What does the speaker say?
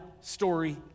story